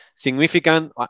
significant